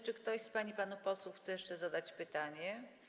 Czy ktoś z pań i panów posłów chce jeszcze zadać pytanie?